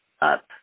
up